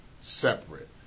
separate